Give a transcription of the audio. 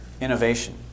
innovation